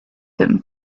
him